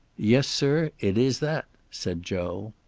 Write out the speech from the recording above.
yes, sir. it is that, said joe.